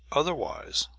otherwise,